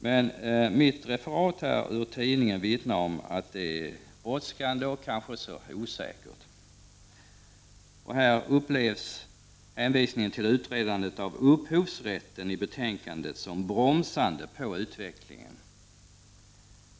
Men mitt referat ur tidningen vittnar om att det är brådskande och kanske osäkert. Här upplevs hänvisningen i betänkandet till utredandet om upphovsrätten som bromsande på utvecklingen.